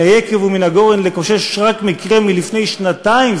היקב ומן הגורן לקושש רק מקרה מלפני שנתיים,